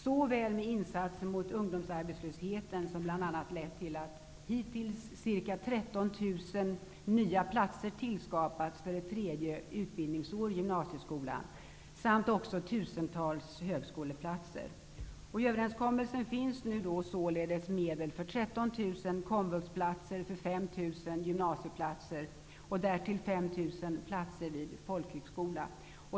Detta gjordes genom insatser mot ungdomsarbetslösheten, vilka bl.a. lett till att hittills ca 13 000 nya platser tillskapats för ett tredje utbildningsår i gymnasieskolan, och genom tillskapandet av tusentals högskoleplatser.